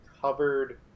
covered